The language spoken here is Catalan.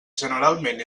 generalment